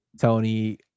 Tony